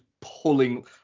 pulling